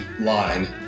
line